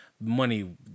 money